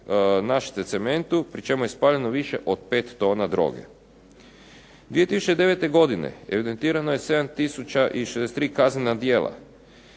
Našice Cementu pri čemu je spaljeno više od 5 tona droge. 2009. godine evidentirano je 7 tisuća i 063 kaznena djela